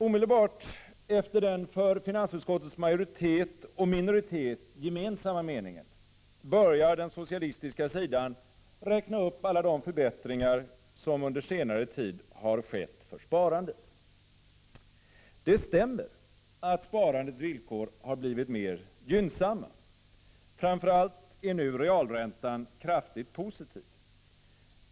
Omedelbart efter den för finansutskottets majoritet och minoritet gemensamma meningen börjar man på den socialistiska sidan räkna upp alla de förbättringar som under senare tid har skett när det gäller sparandet. Det stämmer att sparandets villkor har blivit mer gynnsamma. Framför allt är nu realräntan kraftigt positiv.